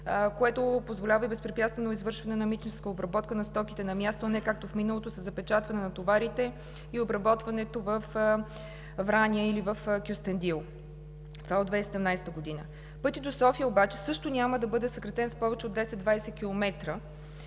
което позволява и безпрепятственото извършване на митническа обработка на стоките на място, а не както в миналото – със запечатване на товарите и обработването във Враня или в Кюстендил. Това е от 2017 г. Пътят до София обаче също няма да бъде съкратен с повече от 10 – 20 км